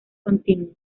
continuo